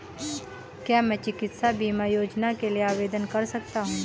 क्या मैं चिकित्सा बीमा योजना के लिए आवेदन कर सकता हूँ?